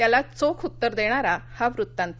त्या चोख त्तर देणारा हा वृत्तांत